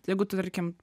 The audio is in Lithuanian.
tai jeigu tu tarkim